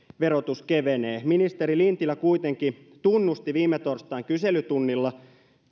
verotus kevenee ministeri lintilä kuitenkin tunnusti viime torstain kyselytunnilla